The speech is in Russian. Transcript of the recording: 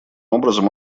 образом